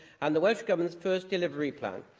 and the welsh government's first delivery plan.